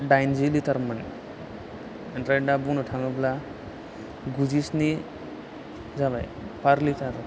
डाइनजि लिटारमोन ओमफ्राय दा बुंनो थाङोब्ला गुजिस्नि जाबाय पार लिटार